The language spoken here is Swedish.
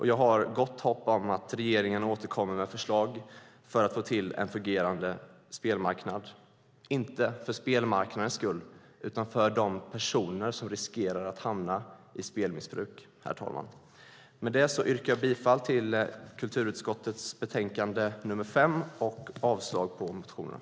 Jag har gott hopp om att regeringen återkommer med förslag för att få till en fungerande spelmarknad, inte för spelmarknadens skull utan för de personer som riskerar att hamna i spelmissbruk. Herr talman! Med detta yrkar jag bifall till kulturutskottets förslag i betänkande nr 5 och avslag på motionerna.